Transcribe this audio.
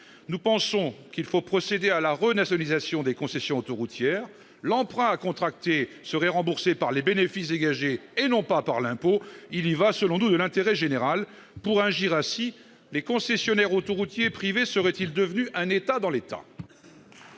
Nous pensons qu'il faut procéder à la renationalisation des concessions autoroutières. L'emprunt à contracter serait remboursé par les bénéfices dégagés, et non pas par l'impôt. Il y va, selon nous, de l'intérêt général. Pour agir ainsi, les concessionnaires autoroutiers privés seraient-ils devenus un État dans l'État ?